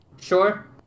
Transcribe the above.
sure